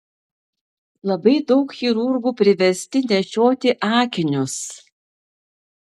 labai daug chirurgų priversti nešioti akinius